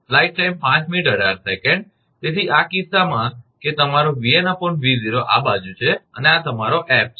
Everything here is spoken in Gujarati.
તેથી આ કિસ્સામાં કે તમારો 𝑉𝑛 𝑉0 આ બાજુ છે અને આ તમારો 𝐹 છે